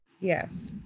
Yes